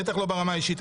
בטח לא ברמה האישית,